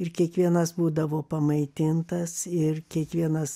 ir kiekvienas būdavo pamaitintas ir kiekvienas